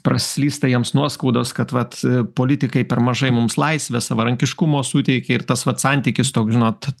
praslysta jiems nuoskaudos kad vat politikai per mažai mums laisvės savarankiškumo suteikia ir tas vat santykis toks žinot